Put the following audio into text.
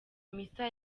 misa